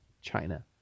China